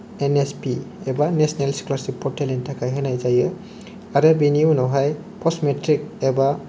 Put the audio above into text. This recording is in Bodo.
एन एस पि एबा नेसनेल स्कलारशिप पर्टलनि थाखाय होनाय जायो आरो बेनि उनावहाय पस्ट मेट्रिक एबा